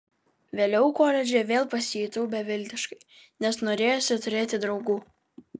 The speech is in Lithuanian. vėliau koledže vėl pasijutau beviltiškai nes norėjosi turėti draugų